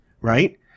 right